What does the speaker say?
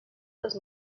los